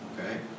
Okay